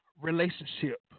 relationship